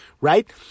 Right